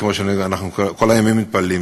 כמו שאנחנו כל הימים מתפללים,